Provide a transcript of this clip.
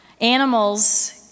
animals